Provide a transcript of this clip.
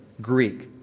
Greek